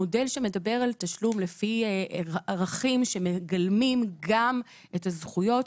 המודל שמדבר על תשלום לפי ערכים שמגלמים גם את הזכויות,